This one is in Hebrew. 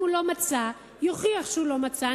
אם לא מצא, יוכיח שהוא לא מצא.